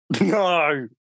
No